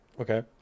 Okay